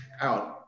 out